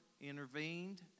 intervened